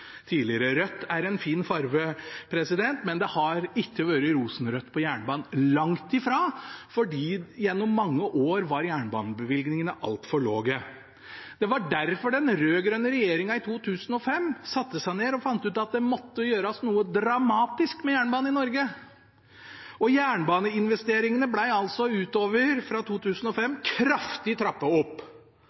tidligere. Rødt er en fin farge, men det har ikke vært rosenrødt på jernbanen – langt ifra – fordi gjennom mange år var jernbanebevilgningene altfor lave. Det var derfor den rød-grønne regjeringen i 2005 satte seg ned og fant ut at det måtte gjøres noe dramatisk med jernbanen i Norge. Jernbaneinvesteringene ble altså fra 2005 og utover kraftig trappet opp